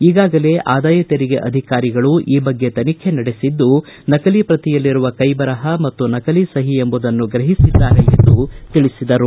ಈಗಾಗಲೇ ಆದಾಯ ತೆರಿಗೆ ಅಧಿಕಾರಿಗಳು ಈ ಬಗ್ಗೆ ತನಿಖೆ ನಡೆಸಿದ್ದು ನಕಲಿ ಪ್ರತಿಯಲ್ಲಿರುವ ಕೈಬರಪ ಮತ್ತು ಸಹಿ ನಕಲಿ ಎಂಬುದನ್ನು ಗ್ರಹಿಸಿದ್ದಾರೆ ಎಂದು ತಿಳಿಸಿದರು